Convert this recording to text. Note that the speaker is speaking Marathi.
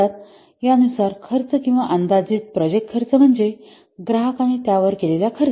तर यानुसार खर्च किंवा अंदाजित प्रोजेक्ट खर्च म्हणजे ग्राहकाने त्यावर केलेला खर्च